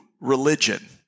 religion